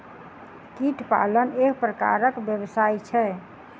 कीट पालन एक प्रकारक व्यवसाय छै